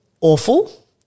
awful